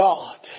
God